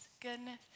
goodness